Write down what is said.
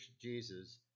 Jesus